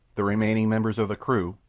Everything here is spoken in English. the remaining members of the crew,